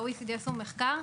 ה-OECD עשו מחקר,